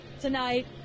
tonight